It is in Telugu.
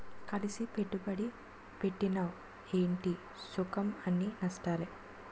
కలిసి పెట్టుబడి పెట్టినవ్ ఏటి సుఖంఅన్నీ నష్టాలే